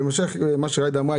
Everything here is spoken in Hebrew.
בהמשך למה שג'ידא אמרה,